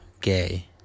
gay